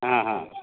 हां हां